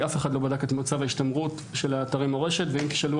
אף אחד לא בדק את מצב ההשתמרות של אתרי המורשת ואם תשאלו,